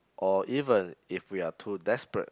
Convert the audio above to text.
or even if we are too desperate